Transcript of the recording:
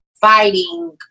fighting